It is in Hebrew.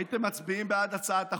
הייתם מצביעים בעד הצעת החוק,